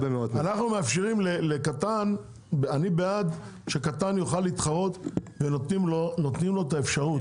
אני בעד שקטן יוכל להתחרות ונותנים לו את האפשרות,